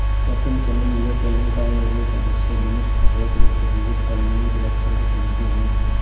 कृत्रिम चयन यह चयन का एक रूप है जिससे मनुष्य सचेत रूप से जीवित प्राणियों के लक्षणों को चुनते है